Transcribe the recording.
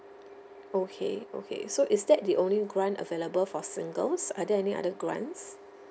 okay okay so is that the only grant available for singles are there any other grants